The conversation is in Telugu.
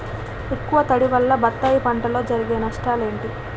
ఎక్కువ తడి వల్ల బత్తాయి పంటలో జరిగే నష్టాలేంటి?